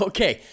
Okay